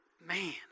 man